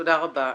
תודה רבה.